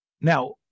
Now